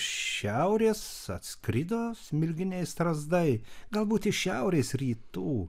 šiaurės atskrido smilginiai strazdai galbūt iš šiaurės rytų